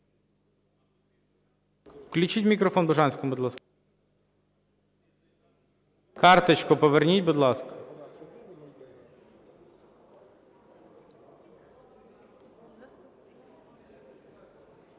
Включіть мікрофон Бужанському, будь ласка. Карточку поверніть, будь ласка.